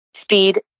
speed